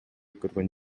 көргөн